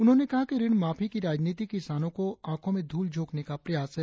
उन्होंने कहा कि ऋण माफी की राजनीति किसानों की आंखो में ध्रल झोकने का प्रयास है